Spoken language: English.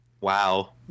wow